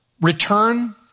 return